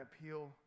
appeal